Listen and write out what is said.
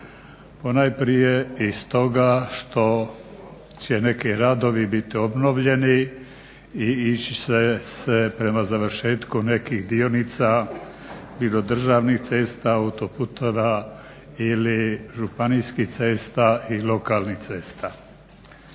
ponajprije iz toga što će neki radovi biti obnovljeni i ići će se prema završetku nekih dionica i do državnih cesta, autoputeva ili županijskih cesta i lokalnih cesta.